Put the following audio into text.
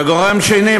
וגורם שני,